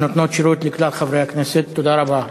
שנותנות שירות לכלל חברי הכנסת, תודה רבה.